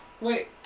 Wait